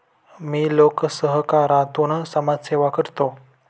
मी लोकसहकारातून समाजसेवा करतो